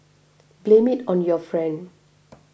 blame it on your friend